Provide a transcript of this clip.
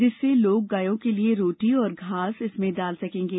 जिससे लोग गायों के लिए रोटी और घास इनमें डाल सकेंगे